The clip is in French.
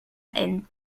haine